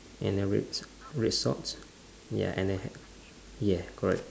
and then red red socks ya and then yeah correct